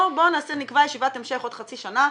בואו נקבע ישיבת המשך עוד חצי שנה,